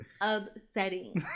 upsetting